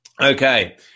Okay